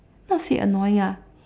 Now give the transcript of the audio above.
not say annoying lah